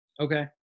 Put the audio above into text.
Okay